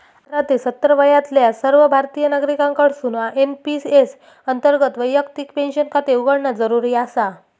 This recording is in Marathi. अठरा ते सत्तर वयातल्या सर्व भारतीय नागरिकांकडसून एन.पी.एस अंतर्गत वैयक्तिक पेन्शन खाते उघडणा जरुरी आसा